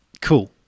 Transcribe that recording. cool